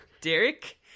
Derek